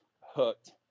hooked